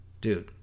Dude